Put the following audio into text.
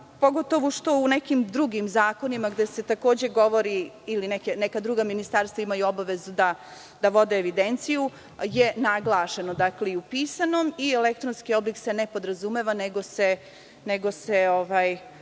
pogotovo što je u nekim drugim zakonima, gde se takođe govori, ili neka druga ministarstva imaju obavezu da vode evidenciju, naglašeno, dakle u pisanom, elektronski oblik se ne podrazumeva. Ne